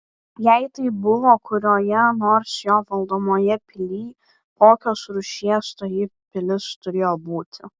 jei tai buvo kurioje nors jo valdomoje pilyj kokios rūšies toji pilis turėjo būti